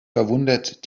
verwundert